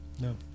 No